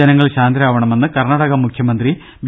ജനങ്ങൾ ശാന്തരവാണമെന്ന് കർണ്ണാ ടക മുഖ്യമന്ത്രി ബി